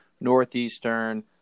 Northeastern